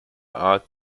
art